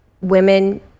women